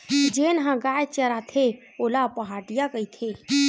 जेन ह गाय चराथे ओला पहाटिया कहिथे